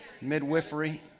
midwifery